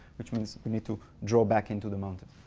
which means you need to draw back into the mountain,